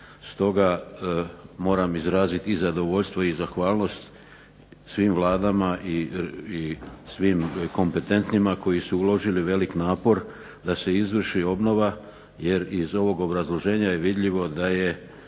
stoga moram izraziti i zadovoljstvo i zahvalnost svim vladama i svim kompetentnima koji su uložili velik napor da se izvrši obnova, jer iz ovog obrazloženja je vidljivo da je